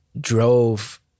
drove